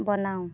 বনাওঁ